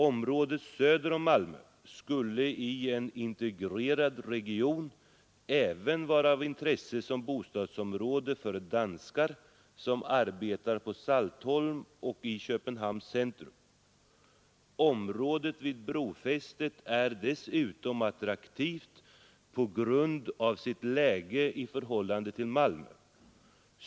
Området söder om Malmö skulle i en integrerad region även vara av intresse som bostadsområde för danskar som arbetar på Saltholm och i Köpenhamns centrum. Området vid brofästet är dessutom attraktivt på grund av sitt läge i förhållande till Malmö.